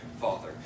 Father